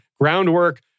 groundwork